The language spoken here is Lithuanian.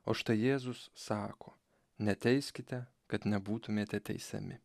o štai jėzus sako neteiskite kad nebūtumėte teisiami